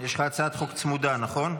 יש לך הצעת חוק צמודה, נכון?